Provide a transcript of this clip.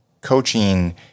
coaching